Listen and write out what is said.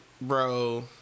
bro